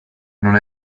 non